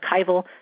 Archival